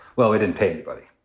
well, we didn't pay anybody.